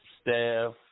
staff